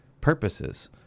purposes